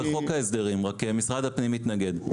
זה כבר בחוק ההסדרים, אבל משרד הפנים מתנגד.